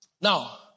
Now